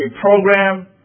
program